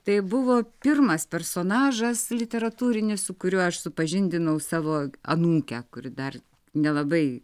tai buvo pirmas personažas literatūrinis su kuriuo aš supažindinau savo anūkę kuri dar nelabai